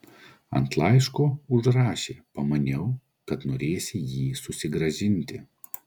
ant laiško užrašė pamaniau kad norėsi jį susigrąžinti